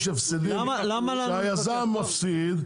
היזם מפסיד,